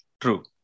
True